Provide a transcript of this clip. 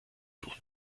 tun